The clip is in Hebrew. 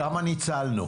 כמה ניצלנו.